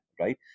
right